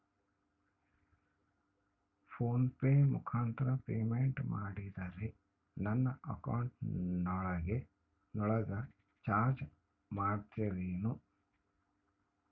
Phone pay ಮುಖಾಂತರ ಪೇಮೆಂಟ್ ಮಾಡಿದರೆ ನನ್ನ ಅಕೌಂಟಿನೊಳಗ ಚಾರ್ಜ್ ಮಾಡ್ತಿರೇನು?